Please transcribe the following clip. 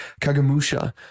kagamusha